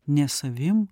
ne savim